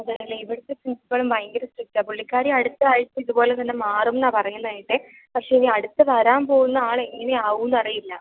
അതേയല്ലേ ഇവിടുത്തെ പ്രിന്സിപ്പളും ഭയങ്കര സ്ട്രിക്റ്റാ പുള്ളിക്കാരി അടുത്ത ആഴ്ച ഇതുപോലെത്തന്നെ മാറും എന്നാണ് പറയുന്നത് കേട്ടത് പക്ഷെ ഇനി അടുത്തത് വരാന് പോവുന്ന ആളെങ്ങനെയാവും എന്ന് അറിയില്ല